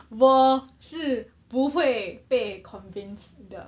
我是不会被 convinced 的